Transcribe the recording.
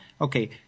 okay